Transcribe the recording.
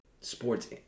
Sports